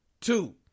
two